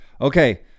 Okay